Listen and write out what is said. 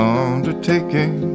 undertaking